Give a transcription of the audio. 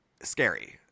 scary